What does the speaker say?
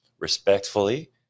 respectfully